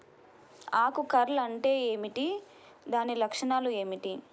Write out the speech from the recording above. ఆకు కర్ల్ అంటే ఏమిటి? దాని లక్షణాలు ఏమిటి?